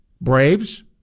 Braves